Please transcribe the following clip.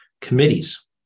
committees